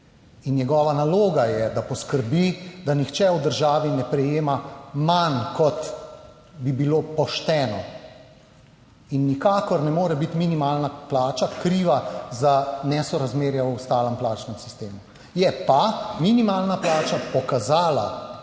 In njegova naloga je, da poskrbi, da nihče v državi ne prejema manj, kot bi bilo pošteno. In nikakor ne more biti minimalna plača kriva za 19. TRAK (VI) 11.30 (nadaljevanje) nesorazmerja v ostalem plačnem sistemu. Je pa minimalna plača pokazala,